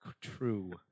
True